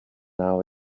now